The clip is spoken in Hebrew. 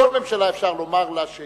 זה